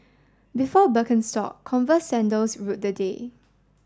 before Birkenstock Converse sandals ruled the day